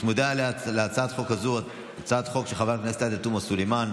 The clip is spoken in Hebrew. צמודה להצעת החוק הזו הצעת חוק של חברת הכנסת עאידה תומא סלימאן,